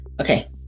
okay